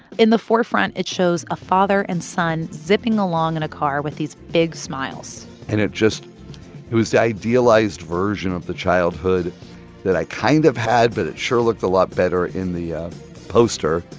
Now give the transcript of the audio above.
in the forefront, it shows a father and son zipping along in a car with these big smiles and it just it was the idealized version of the childhood that i kind of had, but it sure looked a lot better in the poster.